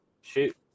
shoot